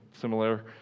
similar